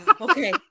Okay